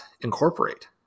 incorporate